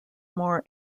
more